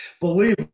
Believe